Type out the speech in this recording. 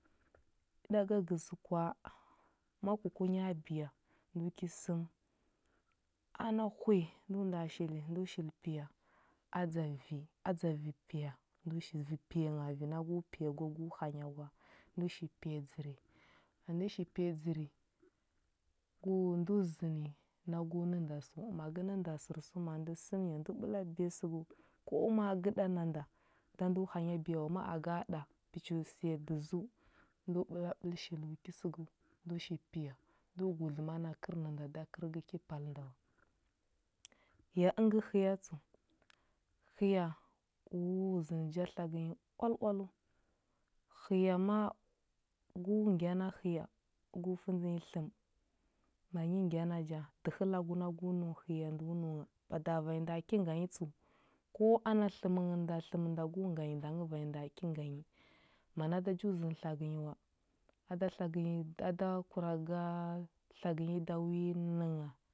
Yi ɗaga gəzə kua, ma ku ku nya biya ndo ki səm. Ana hwi ndo nda shili ndo shili piya adza vi adza vi piya vi piya ngha vi na go piya go hanya gwa. Ndo shi piya dzəri. Ma ndə shi piya dzəri go ndo zənə ago nə nda sə ma gə nə nda sərsuma, ndə səmnya ndə ɓəla biya səgəu, ko amagə ɗa na nda da ndo hanya biya wa, ma agəa ɗa pəcho səya dəzəu ndo ɓəla ɓəl shilo ki səgəu. Ndo shi piya ndo go dləma na kərnənda a kər gə ki pal nda wa. Ya əngə həya tsəu, həya, o zənə ja tlagə nyi oal oaləu. Həya ma gu ngya na həya gu fəndzə nyi tləm. Ma nyi ngya na ja, dəhə lagu na gu nəu həya ndo nəu ngha. Bada vanyi ndəa ki nga nyi tsəu, ko ana tləm nghə nda tləm nda go nga nyi nda ngə vanyi ndəa ki ga nyi. mana a do ju zənə tlagə nyi wa, a da tlagə nyi a da kuraga tlagə nyi da wi nənghə wa.